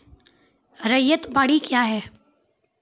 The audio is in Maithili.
रैयत बाड़ी क्या हैं?